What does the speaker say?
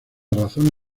razón